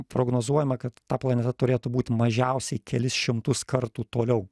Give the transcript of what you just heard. prognozuojama kad ta planeta turėtų būti mažiausiai kelis šimtus kartų toliau